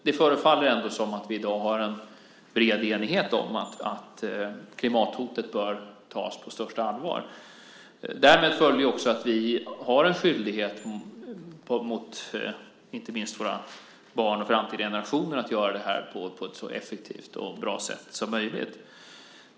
Dock förefaller vi i dag ha en bred enighet om att klimathotet bör tas på största allvar. Därmed följer också att vi har en skyldighet, inte minst mot våra barn och framtida generationer, att göra detta på ett så effektivt och bra sätt som möjligt.